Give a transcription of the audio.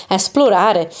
esplorare